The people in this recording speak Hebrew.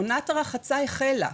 עונת הרחצה החלה,